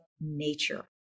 nature